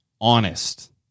honest